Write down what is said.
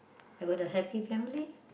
I got a happy family